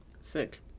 Sick